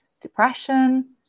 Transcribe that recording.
depression